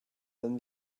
than